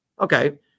Okay